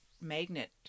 magnet